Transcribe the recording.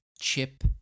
chip